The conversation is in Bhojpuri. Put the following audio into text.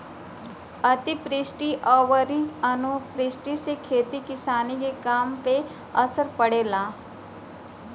अतिवृष्टि अउरी अनावृष्टि से खेती किसानी के काम पे असर पड़ेला